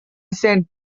sent